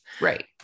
Right